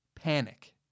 panic